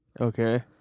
Okay